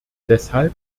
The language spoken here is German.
deshalb